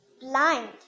blind